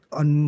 on